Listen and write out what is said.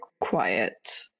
quiet